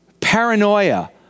paranoia